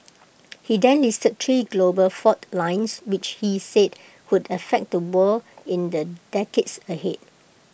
he then listed three global fault lines which he said would affect the world in the decades ahead